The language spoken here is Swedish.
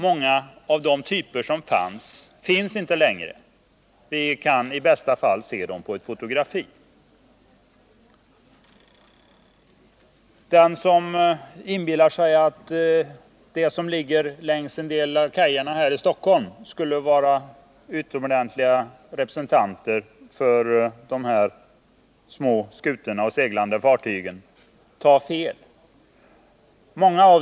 Många typer av dessa fartyg finns inte längre — vi kan i bästa fall se dem på fotografier. Den som inbillar sig att det längs en del av kajerna här i Stockholm ligger utomordentliga representanter för de här små skutorna och seglande fartygen tar fel.